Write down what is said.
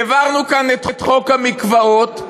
העברנו כאן את חוק המקוואות,